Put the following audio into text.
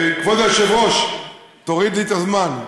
כבוד היושב-ראש, תוריד לי את הזמן.